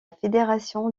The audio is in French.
fédération